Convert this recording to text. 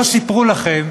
לא סיפרו לכם